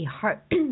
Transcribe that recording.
Heart